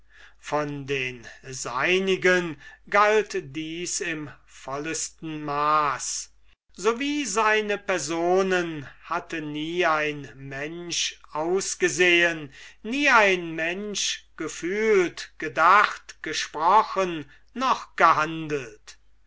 von den seinigen galt dies im vollesten maß so wie seine personen hatte nie kein mensch ausgesehen nie kein mensch gefühlt gedacht gesprochen noch gehandelt